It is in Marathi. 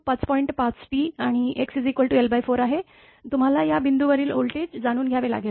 5T आणि x l4 आहे तुम्हाला या बिंदू वरील व्होल्टेज जाणून घ्यावे लागेल